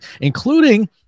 including